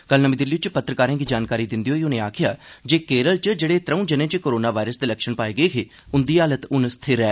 कल नमीं दिल्ली च पत्रकारें गी जानकारी दिंदे होई उनें आखेआ जे केरल च जेहड़े त्रौ जनें च कोरोना वायरस दे लक्षण पाए गे हे उंदी हालत हून स्थिर ऐ